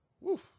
woof